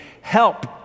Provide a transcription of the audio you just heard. Help